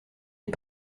est